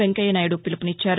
వెంకయ్య నాయుడు పిలుపునిచ్చారు